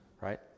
right